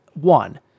one